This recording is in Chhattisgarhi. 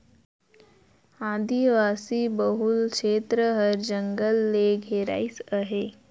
आदिवासी बहुल छेत्र हर जंगल ले घेराइस अहे